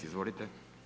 Izvolite.